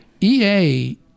EA